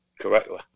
correctly